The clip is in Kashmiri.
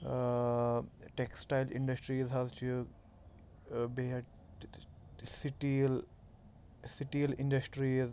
ٲں ٹیٚکٕسٹایِل اِنڈَسٹرٛیٖز حظ چھِ ٲں بیٚیہِ سِٹیٖل سِٹیٖل اِنڈَسٹرٛیٖز